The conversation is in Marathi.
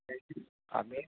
कायतरी आणि